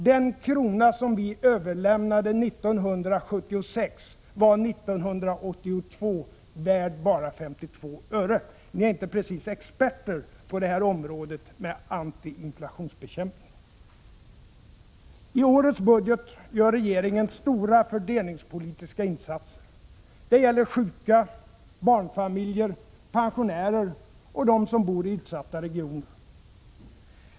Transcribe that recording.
Den krona som vi överlämnade 1976 var 1982 värd bara 52 öre. Ni är inte precis experter på inflationsbekämpningens område. TI årets budget gör regeringen stora fördelningspolitiska insatser. Det gäller sjuka, barnfamiljer, pensionärer och dem som bor i utsatta regioner.